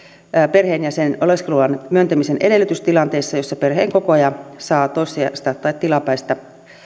perheenjäsenen oleskeluluvan myöntämisen edellytys tilanteessa jossa perheenkokoaja saa toissijaista tai tilapäistä